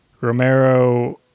Romero